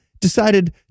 decided